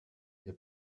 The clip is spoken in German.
der